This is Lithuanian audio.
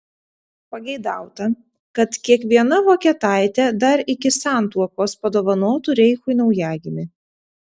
pageidauta kad kiekviena vokietaitė dar iki santuokos padovanotų reichui naujagimį